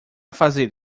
fazer